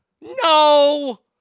No